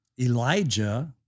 Elijah